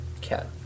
cat